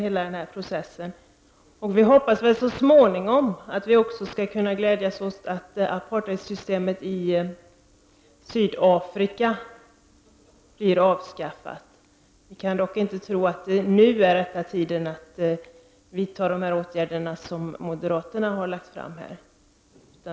Vi hoppas att vi så småningom också skall kunna glädjas åt att apartheid i Sydafrika avskaffas. Vi kan dock inte tro att det nu är rätt tidpunkt att vidta de åtgärder som moderaterna här har föreslagit.